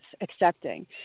accepting